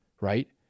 right